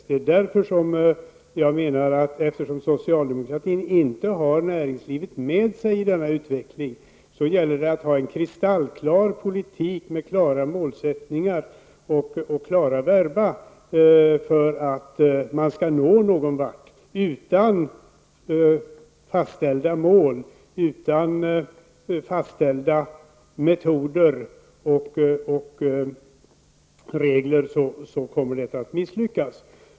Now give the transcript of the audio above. Det är därför jag menar att eftersom socialdemokratin inte har näringslivet med sig i denna utveckling, gäller det att ha en kristallklar politik med klara målsättningar och klara verba för att man skall nå någonvart. Utan fastställda mål, metoder och regler så kommer det att misslyckas.